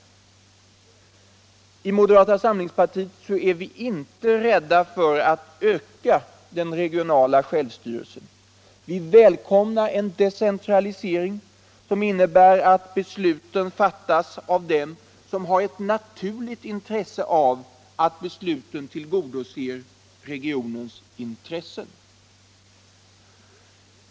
I moderata samlingspartiet är vi inte rädda för att öka den regionala självstyrelsen. Vi välkomnar en decentralisering som innebär att besluten fattas av dem som har ett naturligt intresse av att besluten tillgodoser regionens intressen.